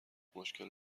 مشکل